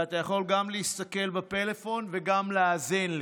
אתה יכול גם להסתכל בפלאפון וגם להאזין לי,